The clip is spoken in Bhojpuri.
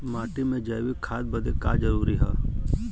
माटी में जैविक खाद बदे का का जरूरी ह?